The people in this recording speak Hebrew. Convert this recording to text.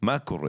מה קורה?